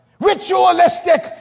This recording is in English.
Ritualistic